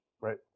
Right